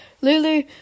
Lulu